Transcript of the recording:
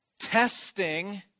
testing